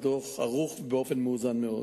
הדוח ערוך באופן מאוזן מאוד.